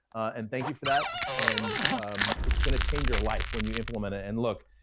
and thank you for that. and it's gonna change your life when you implement it and look,